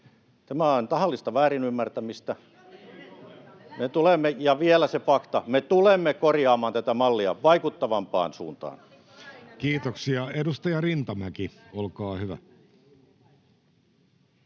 tämä on tahallista väärinymmärtämistä, ja vielä se fakta: me tulemme korjaamaan tätä mallia vaikuttavampaan suuntaan. Kiitoksia. — Edustaja Rintamäki, olkaa hyvä.